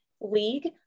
league